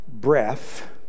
breath